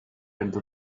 into